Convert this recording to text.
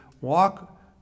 walk